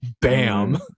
bam